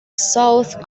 south